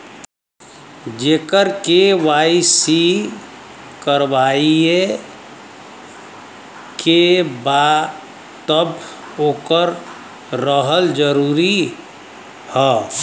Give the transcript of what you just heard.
जेकर के.वाइ.सी करवाएं के बा तब ओकर रहल जरूरी हे?